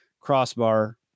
crossbar